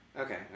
Okay